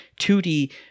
2D